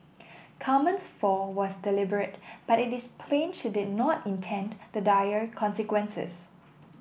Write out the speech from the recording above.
Carmen's fall was deliberate but it is plain she did not intend the dire consequences